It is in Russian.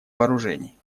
вооружений